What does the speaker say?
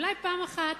אולי פעם אחת